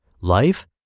Life